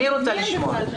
אני רוצה לשמוע.